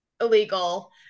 illegal